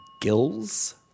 Gills